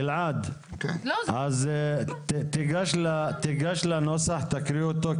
הייעוץ המשפטי יתחיל להקריא.